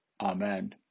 Amen